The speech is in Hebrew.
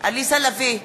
עליזה לביא,